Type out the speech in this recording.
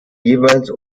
jeweils